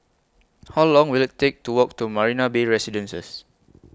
How Long Will IT Take to Walk to Marina Bay Residences